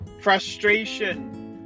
frustration